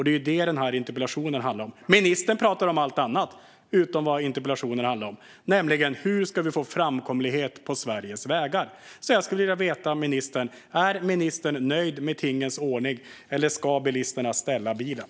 Det är det interpellationen handlar om. Ministern pratar dock om allt annat än om det interpellationen gäller, nämligen hur vi ska få framkomlighet på Sveriges vägar. Jag skulle därför vilja veta av ministern: Är ministern nöjd med tingens ordning, eller ska bilisterna ställa bilen?